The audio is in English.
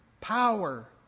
Power